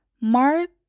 Mark